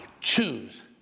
choose